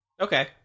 Okay